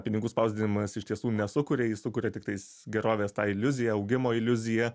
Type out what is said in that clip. pinigų spausdinimas iš tiesų nesukuria jis sukuria tiktais gerovės tą iliuziją augimo iliuziją